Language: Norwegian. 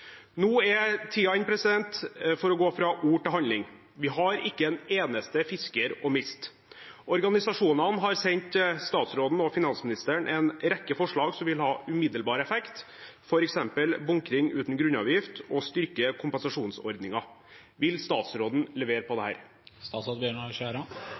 er i ferd med å tape. Nå er tiden inne for å gå fra ord til handling. Vi har ikke en eneste fisker å miste. Organisasjonene har sendt statsråden og finansministeren en rekke forslag som vil ha umiddelbar effekt, f.eks. bunkring uten grunnavgift og å styrke kompensasjonsordningen. Vil statsråden levere på